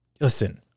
listen